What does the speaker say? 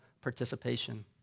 Participation